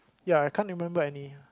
ya I can't remember any